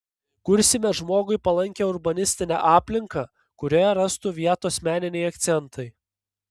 kursime žmogui palankią urbanistinę aplinką kurioje rastų vietos meniniai akcentai